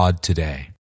today